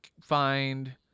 find